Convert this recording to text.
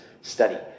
study